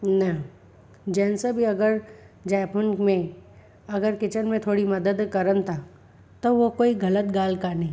न जैन्स बि अगरि जाइफुनि में अगरि किचन में थोरी मदद करनि था त उहो कोई ग़लति ॻाल्हि कान्हे